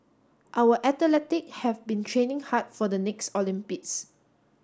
our atheletic have been training hard for the next Olympics